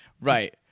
Right